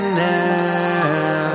now